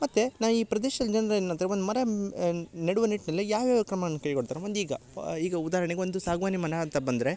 ಮತ್ತು ನಾ ಈ ಪ್ರದೇಶದ ಜನ್ರು ಏನು ಅಂದರೆ ಒಂದು ಮರಮ್ ನೆಡುವ ನಿಟ್ನಲ್ಲೆ ಯಾವ್ಯಾವ ಕ್ರಮವನ್ನ ಕೈಗೊಳ್ತಾರೆ ಒಂದು ಈಗ ಈಗ ಉದಾಹರ್ಣೆಗೆ ಒಂದು ಸಾಗ್ವಾನಿ ಮನಾ ಅಂತ ಬಂದರೆ